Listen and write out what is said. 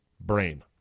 brain